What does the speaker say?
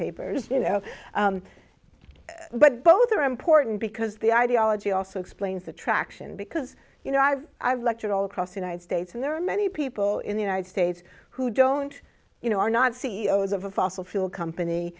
papers you know but both are important because the ideology also explains the traction because you know i've i've looked at all across united states and there are many people in the united states who don't you know are not c e o s of a fossil fuel company